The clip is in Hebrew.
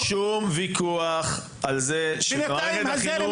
אין שום ויכוח שבמערכת החינוך,